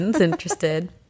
interested